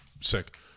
sick